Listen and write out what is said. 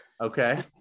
Okay